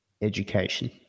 education